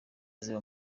ziba